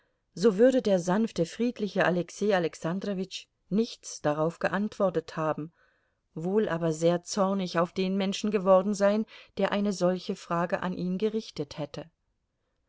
so würde der sanfte friedliche alexei alexandrowitsch nichts darauf geantwortet haben wohl aber sehr zornig auf den menschen geworden sein der eine solche frage an ihn gerichtet hätte